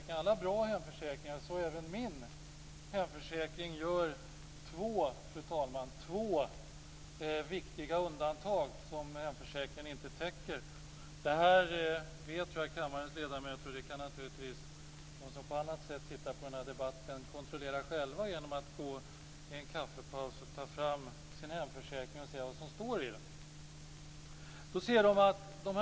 I alla bra hemförsäkringar - så även i min - finns det två viktiga undantag som försäkringen inte täcker. Det vet kammarens ledamöter och det kan alla som lyssnar till den här debatten kontrollera själva genom att ta fram sina hemförsäkringar och se vad som står i villkoren.